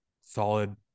solid